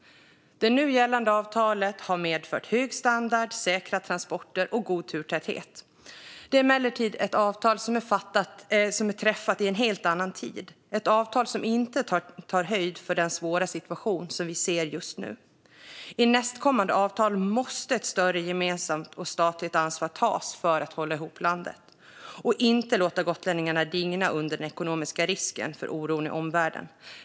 Det nu gällande avtalet har medfört hög standard, säkra transporter och god turtäthet. Det är emellertid ett avtal som är träffat i en helt annan tid. Det är ett avtal som inte tar höjd för den svåra situation som vi ser just nu. I nästkommande avtal måste ett större gemensamt och statligt ansvar tas för att hålla ihop landet och inte låta gotlänningarna digna under den ekonomiska risken för oron i omvärlden.